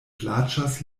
plaĉas